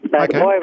Okay